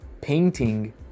painting